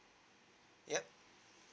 yup